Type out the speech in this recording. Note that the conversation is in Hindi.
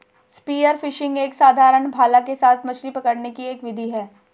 स्पीयर फिशिंग एक साधारण भाला के साथ मछली पकड़ने की एक विधि है